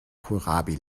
kohlrabi